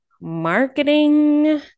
marketing